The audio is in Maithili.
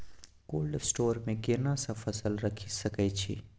कोल्ड स्टोर मे केना सब फसल रखि सकय छी?